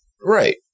Right